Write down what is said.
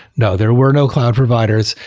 no. there were no cloud providers.